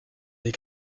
des